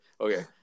Okay